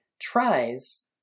tries